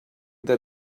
that